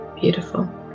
beautiful